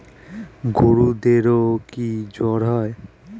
গরুদেরও কি জ্বর হয়?